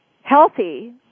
healthy